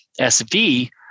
SV